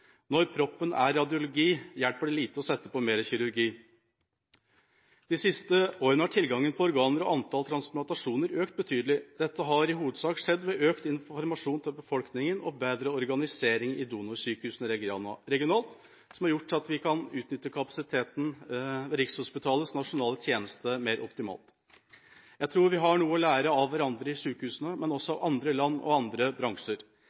Når proppen er radiologi, hjelper det lite å sette inn mer kirurgi. De siste årene har tilgangen på organer og antall transplantasjoner økt betydelig. Det har i hovedsak skjedd ved økt informasjon til befolkningen og bedre organisering i donorsykehus regionalt, noe som har gjort at vi kan utnytte kapasiteten ved Rikshospitalets nasjonale tjeneste mer optimalt. Jeg tror at sykehusene har noe å lære av hverandre, men også av andre land og andre bransjer.